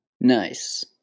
Nice